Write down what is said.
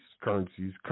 currencies